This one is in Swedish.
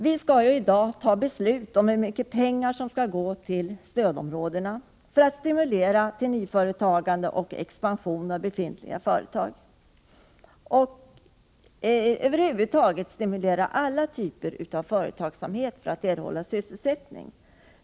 Viskall ju i dag fatta beslut om hur mycket pengar som skall gå till stödområdena, för att stimulera till nyföretagande och expansion av befintliga företag samt över huvud taget för att stimulera alla typer av företagsamhet, så att sysselsättning kan skapas.